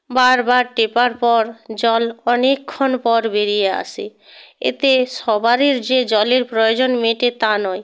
বারবার টেপার পর জল অনেকক্ষণ পর বেরিয়ে আসে এতে সবারি যে জলের প্রয়োজন মেটে তা নয়